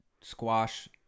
squash